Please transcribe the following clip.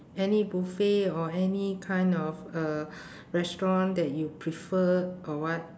any buffet or any kind of a restaurant that you prefer or what